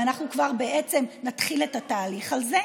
ואנחנו כבר בעצם נתחיל את התהליך הזה,